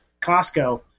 Costco